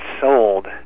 sold